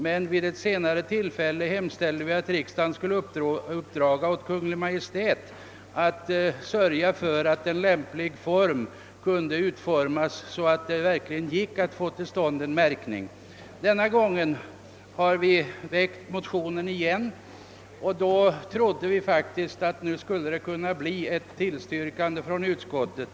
Men vid ett senare tillfälle hemställde vi att riksdagen skulle uppdraga åt Kungl. Maj:t att ombesörja att en lämplig form utarbetades så att det verkligen gick att få till stånd en märkning. Denna gång har vi åter väckt en motion som vi faktiskt trodde skulle kunna tillstyrkas av utskottet.